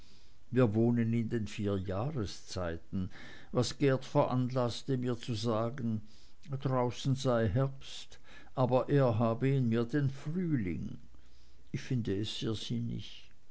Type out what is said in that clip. wir wohnen in den vier jahreszeiten was geert veranlaßte mir zu sagen draußen sei herbst aber er habe in mir den frühling ich finde es sehr